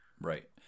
Right